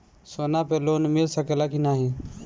सोना पे लोन मिल सकेला की नाहीं?